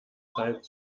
zeit